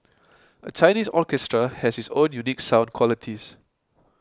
a Chinese orchestra has its own unique sound qualities